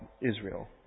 Israel